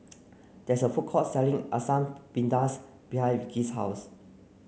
there is a food court selling Asam Pedas behind Vicky's house